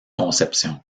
conception